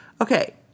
Okay